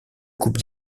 coupes